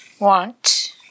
want